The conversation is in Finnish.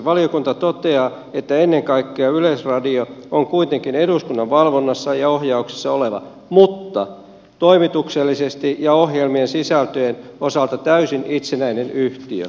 valiokunta toteaa että ennen kaikkea yleisradio on kuitenkin eduskunnan valvonnassa ja ohjauksessa oleva mutta toimituksellisesti ja ohjelmien sisältöjen osalta täysin itsenäinen yhtiö